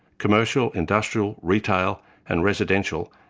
commercial, industrial, retail and residential,